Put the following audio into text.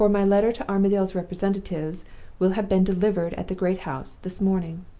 for my letter to armadale's representatives will have been delivered at the great house this morning.